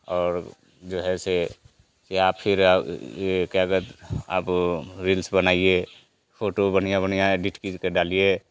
और जो है से यह क्या कहते अब रील्स बनाइए फोटो बढ़िया बढ़िया एडिट करके डालिए